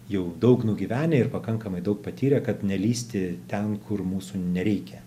jau daug nugyvenę ir pakankamai daug patyrę kad nelįsti ten kur mūsų nereikia